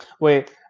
Wait